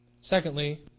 Secondly